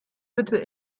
bitte